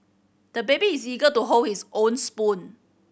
the baby is eager to hold his own spoon